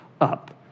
up